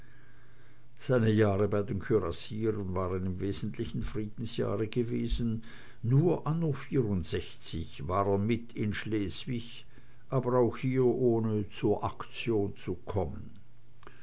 seine jahre bei den kürassieren waren im wesentlichen friedensjahre gewesen nur anno vierundsechzig war er mit in schleswig aber auch hier ohne zur aktion zu kommen